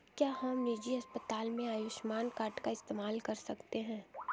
क्या हम निजी अस्पताल में आयुष्मान कार्ड का इस्तेमाल कर सकते हैं?